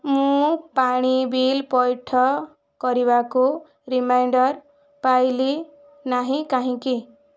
ମୁଁ ପାଣି ବିଲ୍ ପଇଠ କରିବାକୁ ରିମାଇଣ୍ଡର ପାଇଲି ନାହିଁ କାହିଁକି